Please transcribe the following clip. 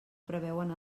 preveuen